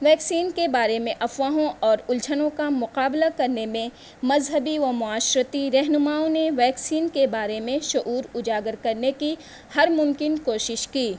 vaccine کے بارے میں افواہوں اور الجھنوں کا مقابلہ کرنے میں مذہبی و معاشراتی رہنماؤں نے ویکسین کے بارے میں شعور اجاگر کرنے کی ہر ممکن کوشش کی